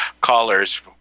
callers